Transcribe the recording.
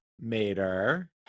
Mater